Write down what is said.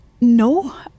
No